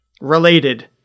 related